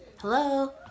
Hello